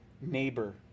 neighbor